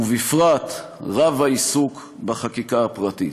ובפרט רב העיסוק בחקיקה הפרטית.